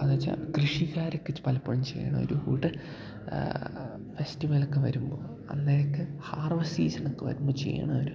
അന്ന് വെച്ചാൽ കൃഷിക്കാരൊക്കെ ച് പലപ്പോഴും ചെയ്യണ ഒരു കൂട്ട് ഫെസ്റ്റിവലൊക്കെ വരുമ്പോൾ അന്നേ എക്കെ ഹാർവസ്റ്റ് സീസണൊക്കെ വരുമ്പോൾ ചെയ്യണ ഒരു